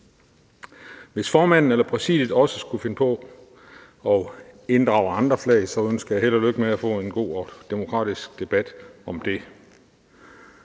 Hvis formanden eller Præsidiet også skulle finde på at inddrage andre flag, ønsker jeg held og lykke med at få en god og demokratisk debat om det.